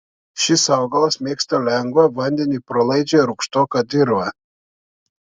šis augalas mėgsta lengvą vandeniui pralaidžią rūgštoką dirvą